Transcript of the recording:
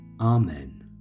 Amen